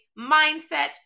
mindset